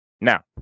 now